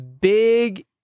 big